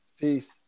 Peace